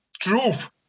truth